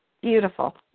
Beautiful